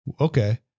Okay